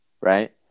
right